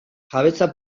jabetza